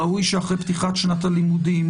ראוי שאחרי פתיחת שנת הלימודים,